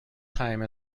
time